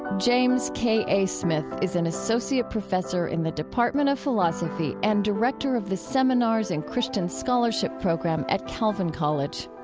james k a. smith is an associate professor in the department of philosophy and director of the seminars in christian scholarship program at calvin college.